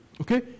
Okay